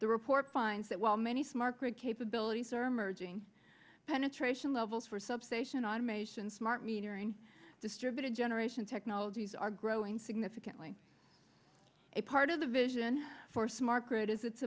the report finds that while many smart grid capabilities are emerging penetration levels for substation automation smart metering distributed generation technologies are growing significantly a part of the vision for smart grid is its